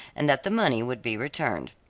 and that the money would be returned.